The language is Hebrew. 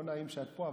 לא נעים שאת פה,